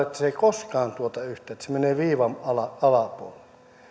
että se ei koskaan tuota yhtään että se menee viivan alapuolelle